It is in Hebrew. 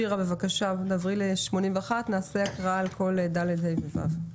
נמשיך בהקראה מסעיף 81. נקריא את פרק ד', ה' ו-ו'.